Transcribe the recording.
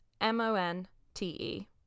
M-O-N-T-E